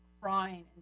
crying